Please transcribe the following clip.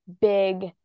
big